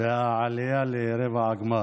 והעלייה לרבע הגמר.